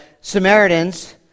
Samaritans